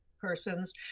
persons